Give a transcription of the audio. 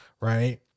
Right